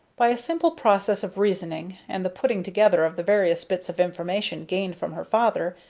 by a simple process of reasoning, and the putting together of the various bits of information gained from her father,